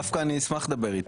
דווקא אני אשמח לדבר איתה.